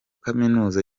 kaminuza